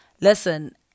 listen